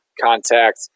contact